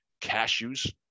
cashews